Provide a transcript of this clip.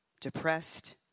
depressed